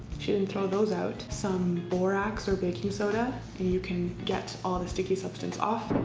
she didn't throw those out. some borax or baking soda and you can get all the sticky substance off